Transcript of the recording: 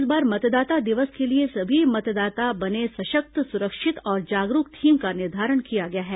इस बार मतदाता दिवस के लिए सभी मतदाता बने सशक्त सुरक्षित और जागरूक थीम का निर्धारण किया गया है